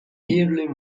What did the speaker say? nearly